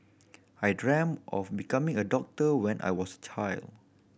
I dreamt of becoming a doctor when I was a child